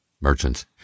merchants